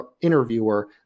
interviewer